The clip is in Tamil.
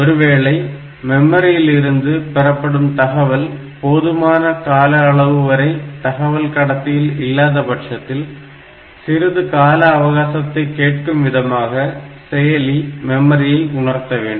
ஒருவேளை மெமரியிலிருந்து பெறப்படும் தகவல் போதுமான காலஅளவு வரை தகவல் கடத்தியில் இல்லாதபட்சத்தில் சிறிது கால அவகாசத்தை கேட்கும் விதமாக செயலி மெமரியை உணர்த்தவேண்டும்